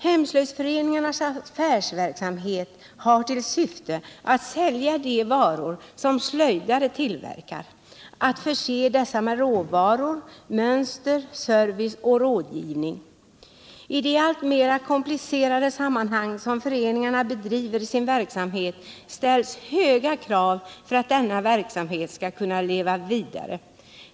Hemslöjdsföreningarnas affärsverksamhet har till syfte att sälja de varor som tillverkas av slöjdare samt att förse dessa med råvaror, mönster, service och rådgivning. I de alltmer komplicerade sammanhang i vilka föreningarna bedriver sin verksamhet ställs höga krav för att denna verksamhet skall kunna leva vidare.